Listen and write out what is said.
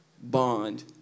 bond